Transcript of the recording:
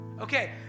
Okay